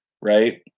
right